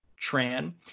Tran